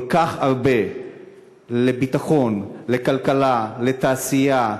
כל כך הרבה לביטחון, לכלכלה, לתעשייה,